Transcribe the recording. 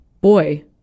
boy